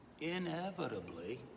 inevitably